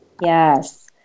Yes